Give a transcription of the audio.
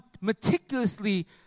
meticulously